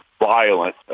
violent